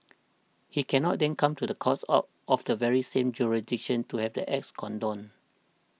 he cannot then come to the courts of the very same jurisdiction to have the acts condoned